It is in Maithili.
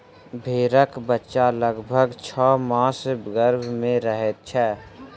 भेंड़क बच्चा लगभग छौ मास गर्भ मे रहैत छै